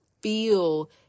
feel